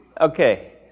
Okay